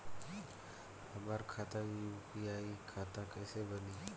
हमार खाता यू.पी.आई खाता कइसे बनी?